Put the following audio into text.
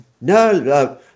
no